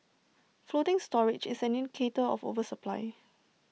floating storage is an indicator of oversupply